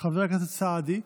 חבר הכנסת סעדי,